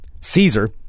Caesar